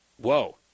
Whoa